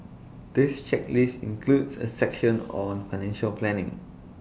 this checklist includes A section on financial planning